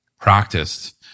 practiced